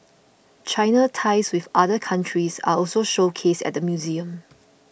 China's ties with other countries are also showcased at the museum